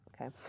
Okay